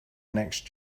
next